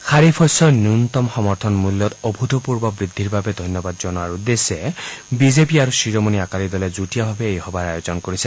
খাৰিফ শস্যৰ ন্যূনতম সমৰ্থন মূল্যত অভূতপূৰ্ব বৃদ্ধিৰ বাবে ধন্যবাদ জনোৱাৰ উদ্দেশ্যে বিজেপি আৰু শিৰোমণি আকালি দলে যুটীয়াভাৱে এই সভাৰ আয়োজন কৰিছে